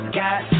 got